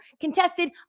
Contested